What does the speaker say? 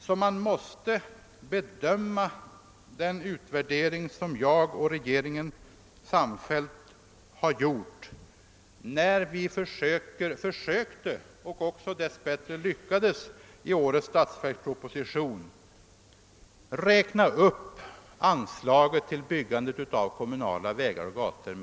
Vi skall se till att vi, som jag nyss sade, får ett ur framkomlighets-, bärighetsoch trafiksäkerhetssynpunkter så långt möjligt jämnstarkt vägnät i hela landet.